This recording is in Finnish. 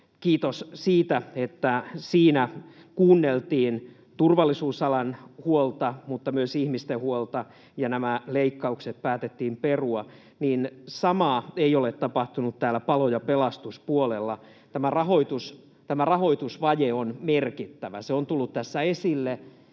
Kiitos siitä, että siinä kuunneltiin turvallisuusalan huolta mutta myös ihmisten huolta ja nämä leikkaukset päätettiin perua. Samaa ei ole tapahtunut täällä palo- ja pelastuspuolella. Tämä rahoitusvaje on merkittävä. Se on tullut tässä esille